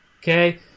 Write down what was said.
Okay